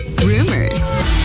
rumors